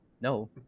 No